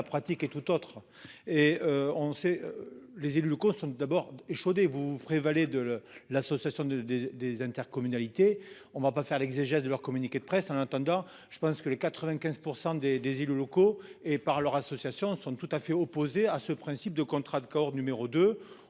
la pratique est tout autre et on sait les élus locaux sont d'abord échaudés vous prévalez de l'association de des des intercommunalités. On va pas faire l'exégèse de leurs communiqués de presse en attendant je pense que les 95% des des élus locaux et par leur association sont tout à fait opposé à ce principe de contrat de corps numéro 2